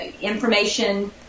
information